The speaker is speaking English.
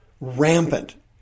Rampant